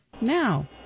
now